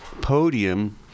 podium